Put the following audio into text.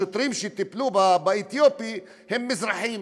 השוטרים שטיפלו באתיופי הם מזרחים,